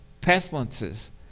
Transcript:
pestilences